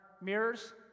mirrors